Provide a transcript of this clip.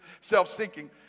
self-seeking